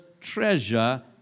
treasure